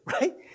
right